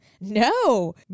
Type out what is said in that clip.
No